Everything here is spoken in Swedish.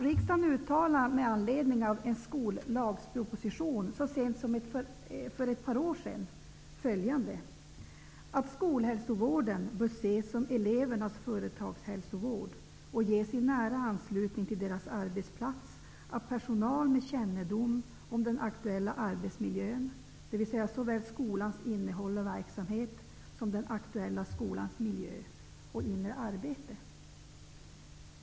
Riksdagen uttalade med anledning av en skollagsproposition så sent som för ett par år sedan att skolhälsovården bör ses som elevernas företagshälsovård och ges i nära anslutning till deras arbetsplats av personal med kännedom om den aktuella arbetsmiljön, dvs. såväl skolans innehåll och verksamhet som den aktuella skolans miljö och inre arbete.